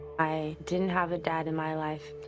i didn't have a dad in my life,